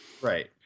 Right